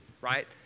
right